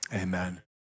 amen